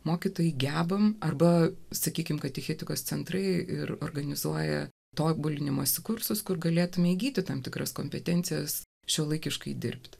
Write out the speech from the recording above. mokytojai gebame arba sakykime katechetikos centrai ir organizuoja tobulinimosi kursus kur galėtumei įgyti tam tikras kompetencijas šiuolaikiškai dirbti